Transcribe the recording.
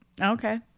okay